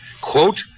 quote